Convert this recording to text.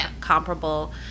comparable